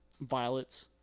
violets